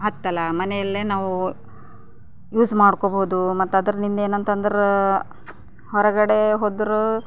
ಆಗ್ತಿಲ್ಲ ಮನೆಯಲ್ಲೇ ನಾವು ಯೂಸ್ ಮಾಡ್ಕೋಬಹುದು ಮತ್ತು ಅದರಿಂದ ಏನಂತಂದ್ರೆ ಹೊರಗಡೆ ಹೋದರೂ